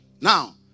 Now